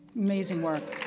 amazing work.